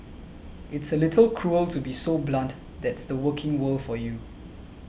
it's a little cruel to be so blunt that's the working world for you